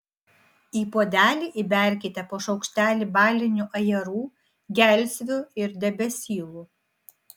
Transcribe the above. į puodelį įberkite po šaukštelį balinių ajerų gelsvių ir debesylų